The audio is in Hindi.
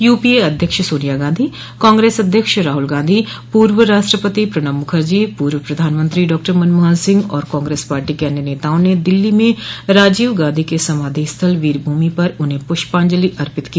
यूपी ए अध्यक्ष सोनिया गांधी कांग्रेस अध्यक्ष राहुल गांधी पूर्व राष्ट्रपति प्रणब मुखर्जी पूर्व प्रधानमंत्री डॉक्टर मनमोहन सिंह और कांग्रेस पार्टी के अन्य नेताओं ने दिल्ली में राजीव गांधी के समाधि स्थल वीर भूमि पर उन्हें पुष्पांजलि अर्पित की